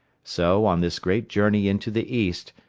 so, on this great journey into the east,